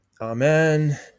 Amen